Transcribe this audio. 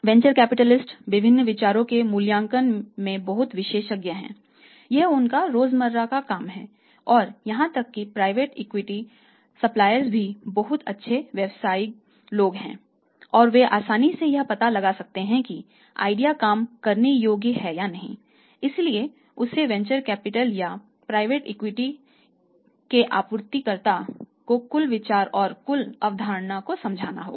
venture capitalist के आपूर्तिकर्ता को कुल विचार और कुल अवधारणा को समझाना होगा